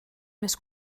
més